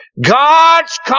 God's